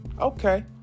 Okay